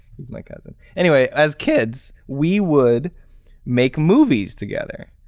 he's my cousin. anyway, as kids, we would make movies together.